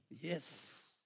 Yes